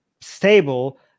stable